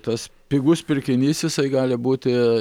tas pigus pirkinys jisai gali būti